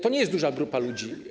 To nie jest duża grupa ludzi.